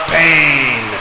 pain